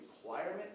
Requirement